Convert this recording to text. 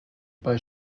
bei